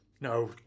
No